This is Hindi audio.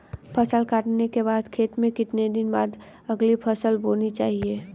फसल काटने के बाद खेत में कितने दिन बाद अगली फसल बोनी चाहिये?